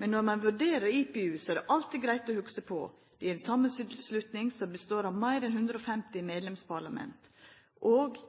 Men når ein vurderer IPU, er det alltid greitt å hugsa på at det er ei samanslutning som består av meir enn 150 medlemsparlament.